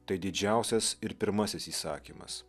tai didžiausias ir pirmasis įsakymas